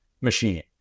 machine